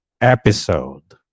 episode